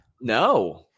No